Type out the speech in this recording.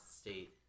state